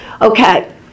Okay